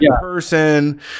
person